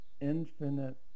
infinite